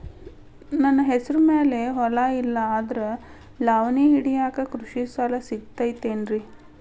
ನನ್ನ ಹೆಸರು ಮ್ಯಾಲೆ ಹೊಲಾ ಇಲ್ಲ ಆದ್ರ ಲಾವಣಿ ಹಿಡಿಯಾಕ್ ಕೃಷಿ ಸಾಲಾ ಸಿಗತೈತಿ ಏನ್ರಿ?